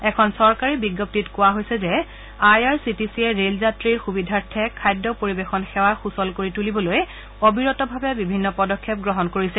এখন চৰকাৰী বিজ্ঞপ্তিত কোৱা হৈছে যে আই আৰ চি টি চিয়ে ৰেলয়াত্ৰীৰ সুবিধাৰ্থে খাদ্য পৰিৱেশন সেৱা সুচল কৰি তুলিবলৈ অবিৰতভাৱে বিভিন্ন পদক্ষেপ গ্ৰহণ কৰিছে